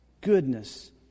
goodness